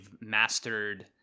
mastered